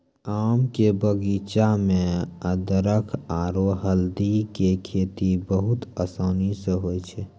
आम के बगीचा मॅ अदरख आरो हल्दी के खेती बहुत आसानी स होय जाय छै